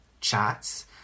chats